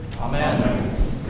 Amen